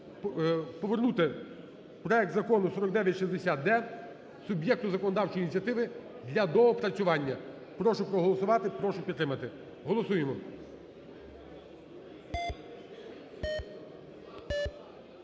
повернути проект Закону 4960-д суб'єкту законодавчої ініціативи для доопрацювання. Прошу проголосувати, прошу підтримати. Голосуємо.